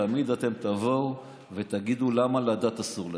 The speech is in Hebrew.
תמיד אתם תבואו ותגידו למה לדת אסור לתת.